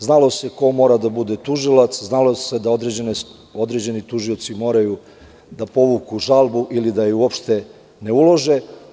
Znalo se ko mora da bude tužilac, znalo se da određeni tužioci moraju da povuku žalbu ili da je uopšte ne ulože.